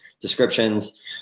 descriptions